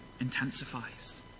intensifies